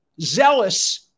zealous